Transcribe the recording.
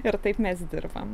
ir taip mes dirbam